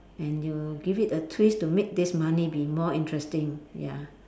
and you give it a twist to make this money be more interesting ya